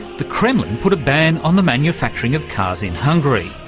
the kremlin put a ban on the manufacturing of cars in hungary,